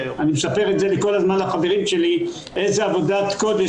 אני מספר כל הזמן לחברים שלי איזה עבודת קודש